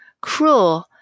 cruel